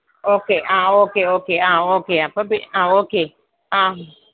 okay ആ okay okay ആ okay അപ്പം ആ ഓക്കെ ആ